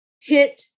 hit